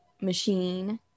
machine